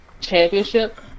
Championship